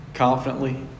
confidently